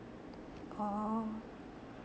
orh